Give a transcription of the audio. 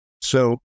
So-